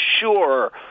sure